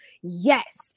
yes